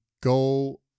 go